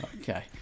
Okay